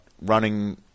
running